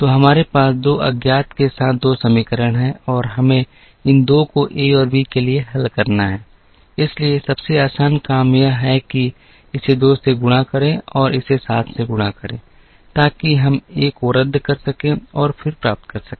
तो हमारे पास 2 अज्ञात के साथ 2 समीकरण हैं और हमें इन 2 को a और b के लिए हल करना है इसलिए सबसे आसान काम यह है कि इसे 2 से गुणा करें और इसे 7 से गुणा करें ताकि हम a को रद्द कर सकें और फिर प्राप्त कर सकें